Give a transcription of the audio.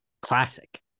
classic